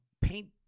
paint